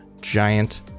giant